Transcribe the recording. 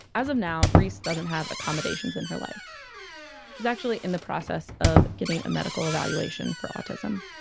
as of now, reese doesn't have accomodations in her life she's actually in the process of getting a medical evaluation for autism.